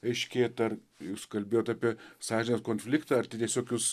aiškėt ar jūs kalbėjot apie sąžinės konfliktą ar tai tiesiog jūs